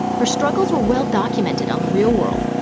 her struggles were well documented on the real world.